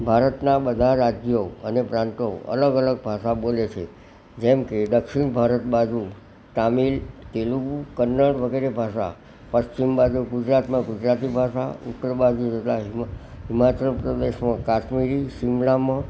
ભારતના બધા રાજ્યો અને પ્રાંતો અલગ અલગ ભાષા બોલે છે જેમકે દક્ષિણ ભારત બાજુ તામિલ તેલુગુ કન્નડ વગેરે ભાષા પશ્ચિમ બાજુ ગુજરાતમાં ગુજરાતી ભાષા ઉત્તર બાજુ લાસ્ટમાં હિમાચલ પ્રદેશમાં કાશ્મીરી સિમલામાં